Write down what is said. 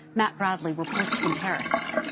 matt bradley reports from paris.